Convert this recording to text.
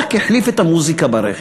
רק החליף את המוזיקה ברכב.